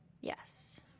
yes